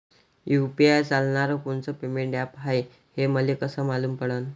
UPI चालणारं कोनचं payment app हाय, हे मले कस मालूम पडन?